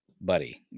Buddy